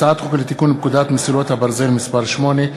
הצעת חוק לתיקון פקודת מסילות הברזל (מס' 8),